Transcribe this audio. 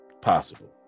possible